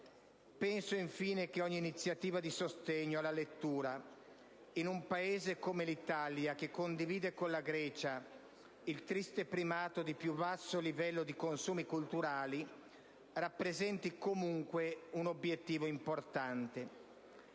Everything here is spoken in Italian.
Levi. Ogni iniziativa di sostegno alla lettura, in un Paese, come l'Italia, che condivide con la Grecia il triste primato del più basso livello di consumi culturali, rappresenta comunque un obiettivo importante.